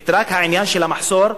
את העניין של המחסור באימאמים,